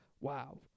wow